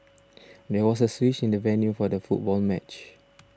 there was a switch in the venue for the football match